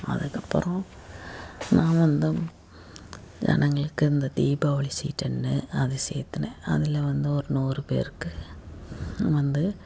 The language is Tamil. அதுக்கப்புறம் நான் வந்து ஜனங்களுக்கு இந்த தீபாவளி சீட்டுன்னு அது சேர்த்துனேன் அதில் வந்து ஒரு நூறு பேருக்கு நான் வந்து